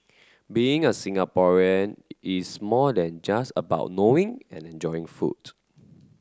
being a Singaporean is more than just about knowing and enjoying food